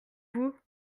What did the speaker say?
vous